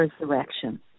resurrection